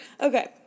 Okay